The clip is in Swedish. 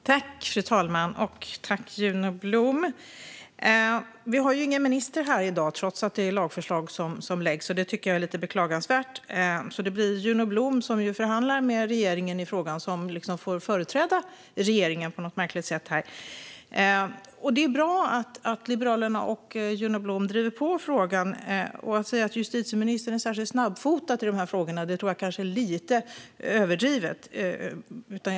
Fru talman! Jag vill tacka Juno Blom. Ingen minister deltar i debatten i dag, trots att den handlar om lagförslag som läggs fram. Det är lite beklagansvärt. Därför får Juno Blom, som förhandlar med regeringen i frågan, på något märkligt sätt företräda regeringen. Det är bra att Liberalerna och Juno Blom driver på i frågan. Att säga att justitieministern är snabbfotad i de här frågorna är kanske att överdriva lite.